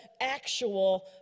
actual